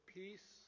peace